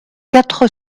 quatre